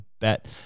bet